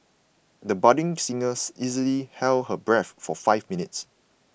the budding singers easily held her breath for five minutes